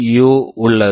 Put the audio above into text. U FPU உள்ளது